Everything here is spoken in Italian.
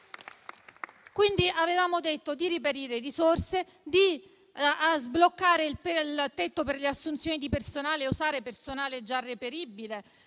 Quindi, avevamo detto di reperire risorse, di sbloccare il tetto per le assunzioni di personale e usare personale già reperibile,